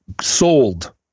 sold